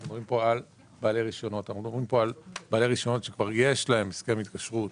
אנחנו מדברים כאן על בעלי רישיונות שכבר יש להם הסכם התקשרות